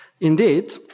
Indeed